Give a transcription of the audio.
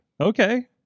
okay